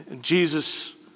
Jesus